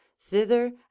thither